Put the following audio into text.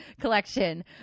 collection